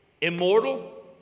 immortal